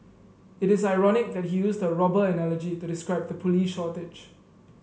it is ironic that he used a robber analogy to describe the police shortage